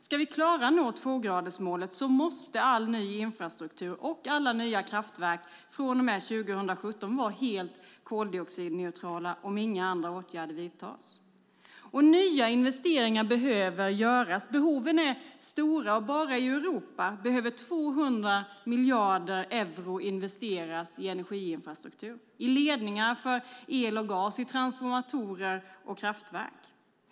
Ska vi klara att nå tvågradersmålet måste all ny infrastruktur och alla nya kraftverk från och med 2017 vara helt koldioxidneutrala om inga andra åtgärder vidtas. Och nya investeringar behöver göras. Behoven är stora, och bara i Europa behöver 200 miljarder euro investeras i energiinfrastruktur: i ledningar för el och gas, i transformatorer och kraftverk.